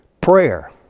Prayer